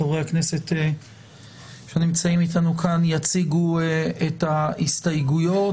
חברי הכנסת שנמצאים איתנו כאן יציגו את ההסתייגויות,